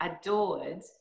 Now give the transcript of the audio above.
adored